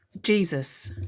Jesus